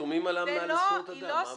חתומים על האמנה לזכויות אדם.